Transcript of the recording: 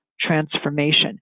transformation